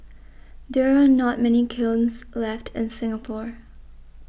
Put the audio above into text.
there are not many kilns left in Singapore